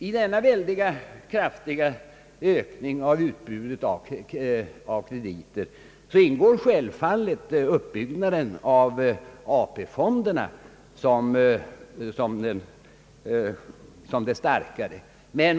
I denna ytterst kraftiga ökning av utbudet av krediter ingår självfallet uppbyggnaden av ATP-fonderna som det starkare inslaget.